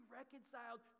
reconciled